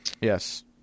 yes